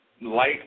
Light